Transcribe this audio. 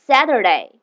Saturday